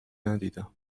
ندیدم